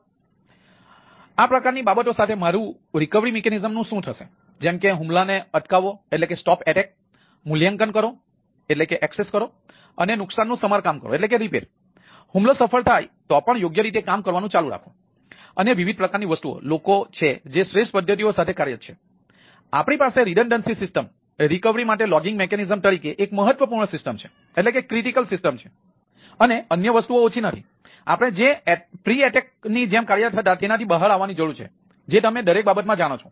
તેથી આ પ્રકારની બાબતો સાથે મારી રિકવરી મિકેનિઝમ્સની જેમ કાર્યરત હતા તેનાથી બહાર આવવાની જરૂર છે જે તમે દરેક બાબતમાં જાણો છો